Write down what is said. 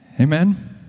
Amen